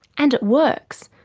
and it works.